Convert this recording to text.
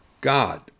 God